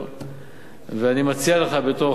ואני מציע לך, בתור חבר אופוזיציה,